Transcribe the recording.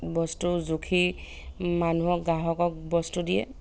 বস্তু জুখি মানুহক গ্ৰাহকক বস্তু দিয়ে